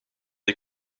des